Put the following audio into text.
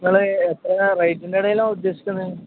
നിങ്ങൾ എത്ര റേറ്റിൻ്റെ ഇടയിലാണ് ഉദ്ദേശിക്കുന്നത്